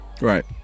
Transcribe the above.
Right